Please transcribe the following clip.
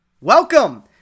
Welcome